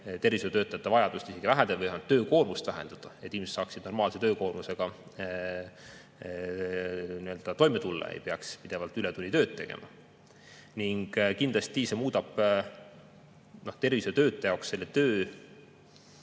tervishoiutöötajate vajadust isegi vähendada, töökoormust vähendada, et inimesed saaksid normaalse töökoormusega toime tulla, ei peaks pidevalt ületunnitööd tegema. Kindlasti see muudaks tervishoiutöötaja jaoks selle töö,